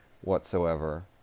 whatsoever